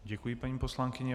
Děkuji, paní poslankyně.